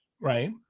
right